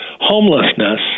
homelessness